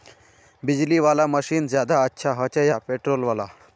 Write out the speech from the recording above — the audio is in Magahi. बिजली वाला मशीन ज्यादा अच्छा होचे या पेट्रोल वाला?